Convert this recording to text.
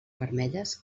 vermelles